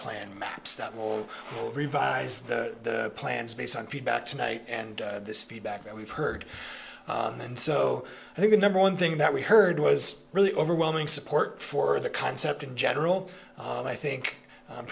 will revise the plans based on feedback tonight and this feedback that we've heard and so i think the number one thing that we heard was really overwhelming support for the concept in general and i think